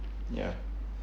ya